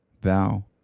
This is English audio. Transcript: thou